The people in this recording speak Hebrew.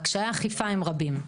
וקשיי האכיפה הם רבים.